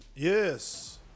Yes